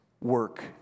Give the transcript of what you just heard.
work